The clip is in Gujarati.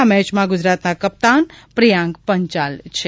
આ મેચમાં ગુજરાતના કપ્તાન પ્રિયાંક પંચાલ છે